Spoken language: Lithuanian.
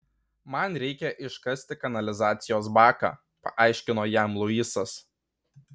man reikia iškasti kanalizacijos baką paaiškino jam luisas